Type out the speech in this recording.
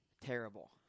Terrible